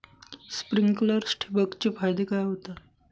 Sprinklers ठिबक चे फायदे काय होतात?